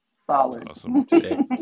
solid